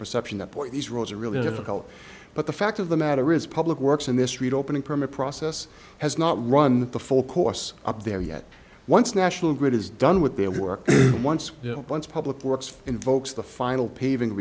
perception that point these roads are really difficult but the fact of the matter is public works in this street opening permit process has not run the full course up there yet once national grid is done with their work once you know once public works invokes the final paving